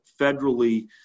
federally